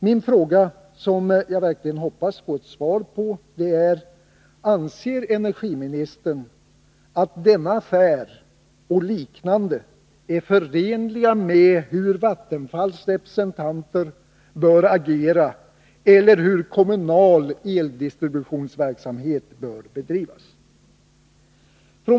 Min fråga, som jag verkligen hoppas få ett svar på, lyder: Anser energiministern att denna affär, och liknande affärer, är förenliga med de principer enligt vilka Vattenfalls representanter bör agera eller kommunal eldistributionsverksamhet bör bedrivas?